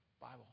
Bible